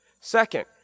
Second